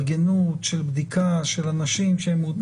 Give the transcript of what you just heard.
להתארגנות של בדיקה של אנשים,